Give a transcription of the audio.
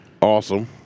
Awesome